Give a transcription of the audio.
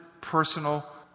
personal